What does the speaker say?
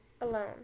alone